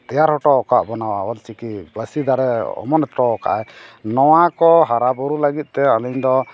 ᱛᱮᱭᱟᱨ ᱦᱚᱴᱚ ᱟᱠᱟᱫ ᱵᱚᱱᱟᱭ ᱚᱞ ᱪᱤᱠᱤ ᱯᱟᱹᱨᱥᱤ ᱫᱟᱨᱮ ᱚᱢᱚᱱ ᱦᱚᱴᱚ ᱟᱠᱟᱫᱼᱟᱭ ᱱᱚᱣᱟᱠᱚ ᱦᱟᱨᱟᱼᱵᱩᱨᱩ ᱞᱟᱹᱜᱤᱫᱛᱮ ᱟᱹᱞᱤᱧ ᱫᱚ